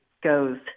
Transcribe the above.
goes